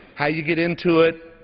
how you get into it.